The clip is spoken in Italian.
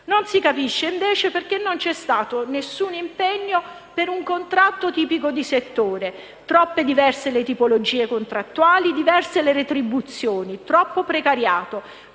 Non si capisce, invece, perché non c'è stato nessun impegno per un contratto tipico di settore. Troppe diverse sono le tipologie contrattuali, diverse le retribuzioni; troppo precariato.